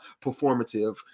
performative